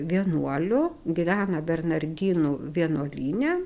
vienuoliu gyvena bernardinų vienuolyne